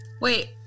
Wait